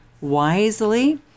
wisely